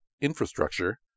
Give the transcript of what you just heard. infrastructure